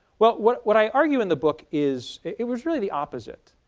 well what what i argue in the book is it was really the opposite.